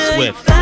Swift